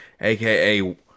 AKA